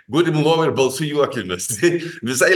gulim lovoj ir balsu juokiamės tai visai